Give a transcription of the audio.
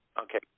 Okay